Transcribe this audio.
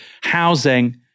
housing